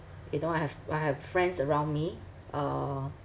you know I have I have friends around me uh